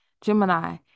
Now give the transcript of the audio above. Gemini